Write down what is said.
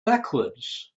backwards